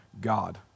God